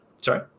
Sorry